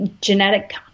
genetic